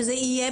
שזה יהיה